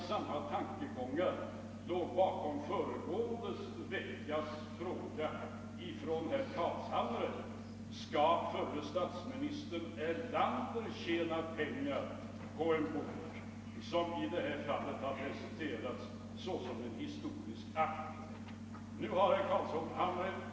Samma tankegångar låg bakom föregående veckas fråga från herr Carlshamre: Skall förre statsministern Erlander tjäna pengar på en bok som presenteras såsom en historisk akt?